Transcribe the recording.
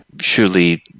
surely